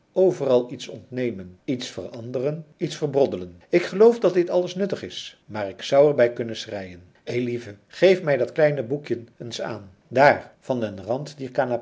overal iets ontnemen iets veranderen iets verbroddelen ik geloof dat dit alles nuttig is maar ik zou er bij kunnen schreien eilieve geef mij dat kleine boekjen eens aan dààr van den rand dier